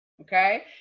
okay